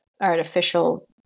artificial